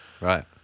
Right